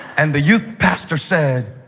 and the youth pastor said,